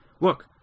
Look